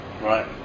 Right